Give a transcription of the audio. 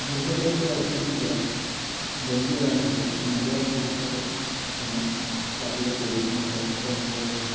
গুজৰাটৰপৰা উৎপত্তি হোৱা দাণ্ডিয়া ৰাস হৈছে নৱৰাত্ৰি উৎসৱৰ সময় লাঠিৰে পৰিৱেশন কৰে পৰম্পৰাগত নৃত্য